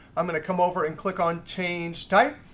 i'm going to come over and click on change type.